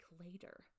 later